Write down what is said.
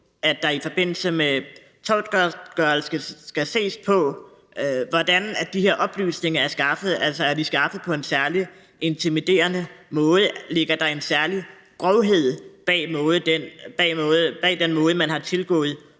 at der i forbindelse med tortgodtgørelse skal ses på, hvordan de her oplysninger er skaffet, altså om de er skaffet på en særligt intimiderende måde, eller om der ligger en særlig grovhed bag den måde, man har tilgået